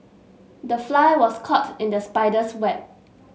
the fly was caught in the spider's web